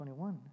21